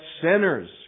sinners